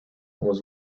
was